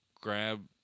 grab